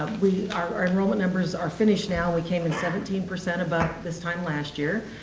we our enrollment numbers are finished now. we came in seventeen percent above this time last year.